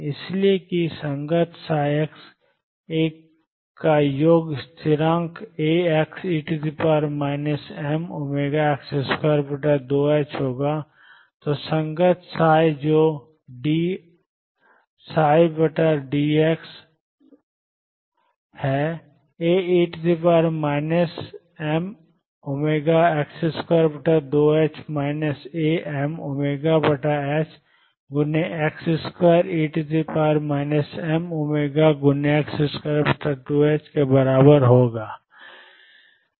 इसलिए कि संगत x का योग स्थिरांक Axe mω2ℏx2 होगा तो संगत जो dψdx है Ae mω2ℏx2 Amωx2e mω2ℏx2 के बराबर है